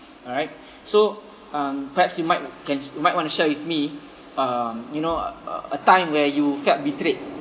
alright so um perhaps you might can you might want to share with me um you know a a time where you felt betrayed